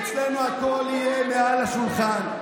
אצלנו הכול יהיה מעל לשולחן.